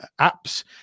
apps